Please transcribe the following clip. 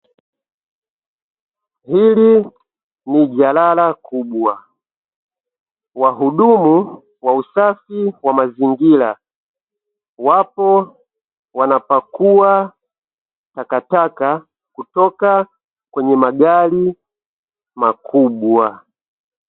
Hili ni jalala kubwa. Wahudumu wa usafi wa mazingira wapo wanapakua takataka kutoka kwenye magari makubwa.